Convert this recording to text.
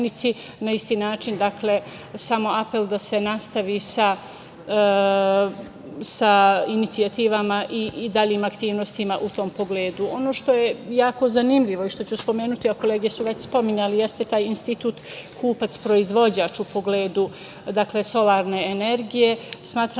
Na isti način, dakle, samo apel da se nastavi sa inicijativama i daljim aktivnostima u tom pogledu. Ono što je jako zanimljivo i što ću spomenuti, a kolege su već spominjale, jeste taj institut kupac-proizvođač, u pogledu solarne energije.